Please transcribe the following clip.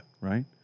right